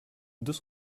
deux